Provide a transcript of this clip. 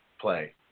play